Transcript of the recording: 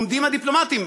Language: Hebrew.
עומדים הדיפלומטים.